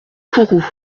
kourou